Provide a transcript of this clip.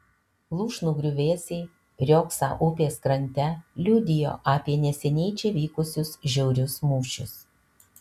lūšnų griuvėsiai riogsą upės krante liudijo apie neseniai čia vykusius žiaurius mūšius